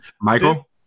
Michael